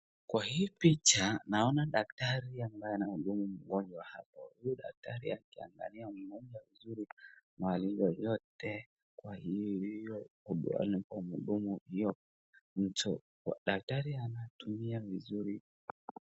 Kwa hii picha naona daktari ambaye anahudumu mgonjwa hapa. Huyu daktari anangalia mgonjwa vizuri mahali yeyote kwa huyo mtu. Daktari anatumia vizuri.